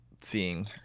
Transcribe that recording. seeing